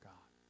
God